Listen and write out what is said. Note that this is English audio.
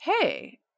hey